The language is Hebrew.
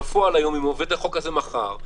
אם החוק יוצא מחר,